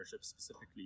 specifically